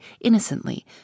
innocently